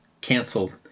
Canceled